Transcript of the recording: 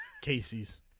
Casey's